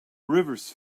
rivers